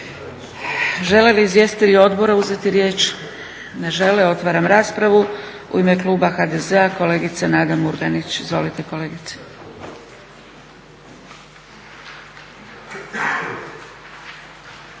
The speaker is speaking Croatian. Žele li izvjestitelji odbora uzeti riječ? Ne žele. Otvaram raspravu. U ime kluba HDZ-a kolegica Nada Murganić. Izvolite kolegice.